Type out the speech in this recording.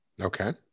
okay